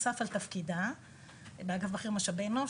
נוסף על תפקידה באגף בכיר משאבי אנוש.